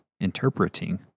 interpreting